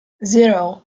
zero